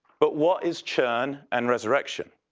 but what is churn and resurrection?